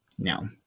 no